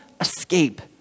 escape